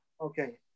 Okay